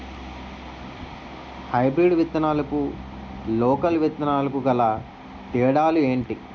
Hybrid విత్తనాలకు local విత్తనాలకు గల తేడాలు ఏంటి?